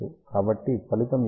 కాబట్టి ఫలితం ఏమిటో చూద్దాం